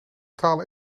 taal